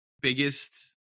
biggest